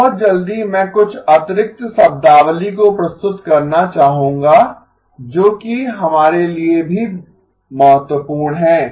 अब बहुत जल्दी मैं कुछ अतिरिक्त शब्दावली को प्रस्तुत करना चाहूंगा जोकि हमारे लिए भी महत्वपूर्ण है